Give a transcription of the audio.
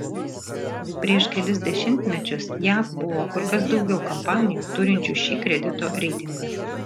prieš kelis dešimtmečius jav buvo kur kas daugiau kompanijų turinčių šį kredito reitingą